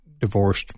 divorced